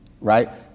Right